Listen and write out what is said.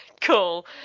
cool